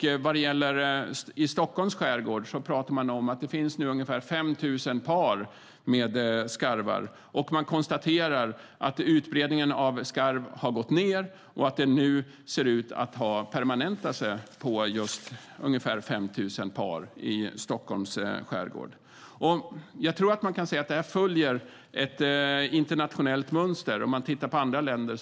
I Stockholms skärgård finns det ungefär 5 000 skarvpar, och man konstaterar att utbredningen av skarv har minskat och att populationen ligger permanent på ca 5 000 par i Stockholms skärgård. Detta följer ett internationellt mönster i andra länder.